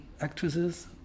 actresses